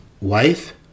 wife